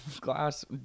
Glass